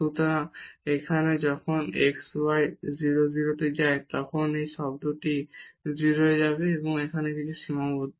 সুতরাং এখানে যখন x y 0 0 তে যায় তখন এই শব্দটি 0 এ যাবে এবং এখানে কিছু সীমাবদ্ধ